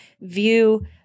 view